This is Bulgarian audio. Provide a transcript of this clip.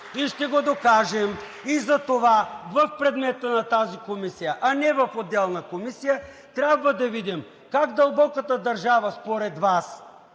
и ще го докажем. Затова в предмета на тази комисия, а не в отделна комисия, трябва да видим как дълбоката държава според Вас